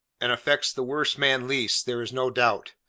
and affects the worst man least, there is no doubt.